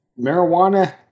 marijuana